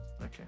okay